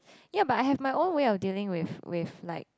ya but I have my own way of dealing with with like